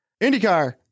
IndyCar